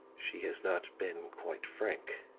she has not been quite frank.